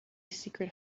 secret